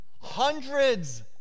Hundreds